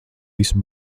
visu